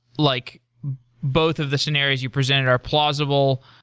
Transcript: like both of the scenarios you presented are plausible.